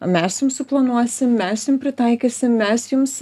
mes jum suplanuosim mes jum pritaikysim mes jums